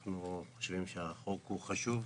אנחנו חושבים שהחוק הוא חשוב,